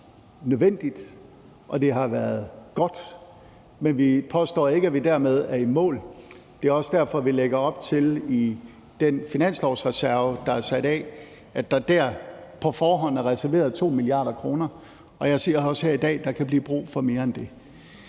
været nødvendigt, og det har været godt, man vi påstår ikke, at vi dermed er i mål. Det er også derfor, at vi i den finanslovsreserve, der er sat af, lægger op til, at der dér på forhånd er reserveret 2 mia. kr. Og jeg siger også her i dag, at der kan blive brug for mere end det.